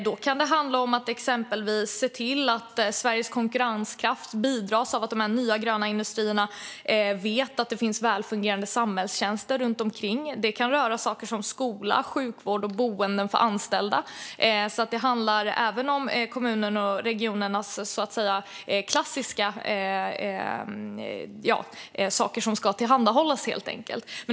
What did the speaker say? Då kan det handla om att exempelvis bidra till Sveriges konkurrenskraft genom att man ser till att de nya, gröna industrierna vet att det finns välfungerande samhällstjänster runt omkring. Det kan röra saker som skola, sjukvård och boenden för anställda. Det handlar alltså även om kommunernas och regionernas klassiska saker som ska tillhandahållas.